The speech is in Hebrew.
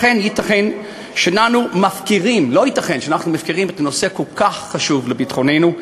לא ייתכן שאנחנו מפקירים נושא כל כך חשוב לביטחוננו,